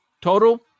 Total